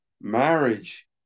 Marriage